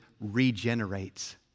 regenerates